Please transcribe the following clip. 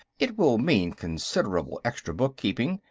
it will mean considerable extra bookkeeping,